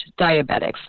diabetics